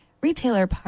retailer